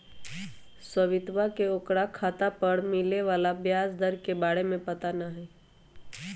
सवितवा के ओकरा खाता पर मिले वाला ब्याज दर के बारे में पता ना हई